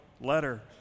letter